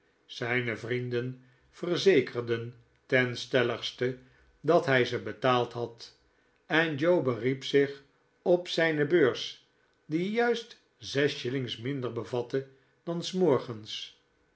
zijne vrienden verzekerden ten stelligste dat hij ze betaald had en joe beriep zich op zijne beurs die juist zes shillings minder bevatte dan s morgens